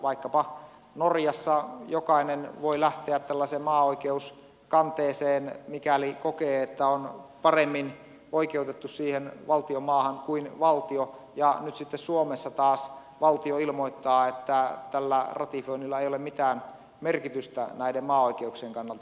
vaikkapa norjassa jokainen voi lähteä tällaiseen maaoikeuskanteeseen mikäli kokee että on paremmin oikeutettu siihen valtion maahan kuin valtio ja nyt sitten suomessa taas valtio ilmoittaa että tällä ratifioinnilla ei ole mitään merkitystä näiden maaoikeuksien kannalta